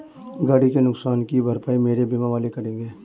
गाड़ी के नुकसान की भरपाई मेरे बीमा वाले करेंगे